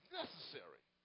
necessary